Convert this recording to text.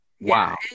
Wow